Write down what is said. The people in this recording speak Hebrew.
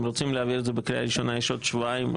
אם רוצים להעביר את זה בקריאה הראשונה יש עוד שבועיים,